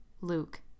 Luke